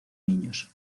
niños